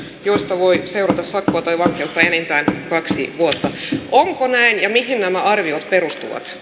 joista voi seurata sakkoa tai vankeutta enintään kaksi vuotta onko näin ja mihin nämä arviot perustuvat